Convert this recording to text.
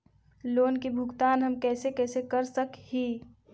Loan के भुगतान हम कैसे कैसे कर सक हिय?